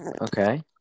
Okay